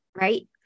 Right